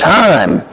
time